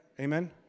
Amen